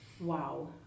wow